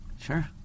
Sure